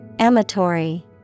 Amatory